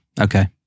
okay